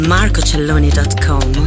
MarcoCelloni.com